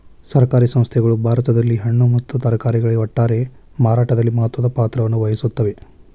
ಸಹಕಾರಿ ಸಂಸ್ಥೆಗಳು ಭಾರತದಲ್ಲಿ ಹಣ್ಣು ಮತ್ತ ತರಕಾರಿಗಳ ಒಟ್ಟಾರೆ ಮಾರಾಟದಲ್ಲಿ ಮಹತ್ವದ ಪಾತ್ರವನ್ನು ವಹಿಸುತ್ತವೆ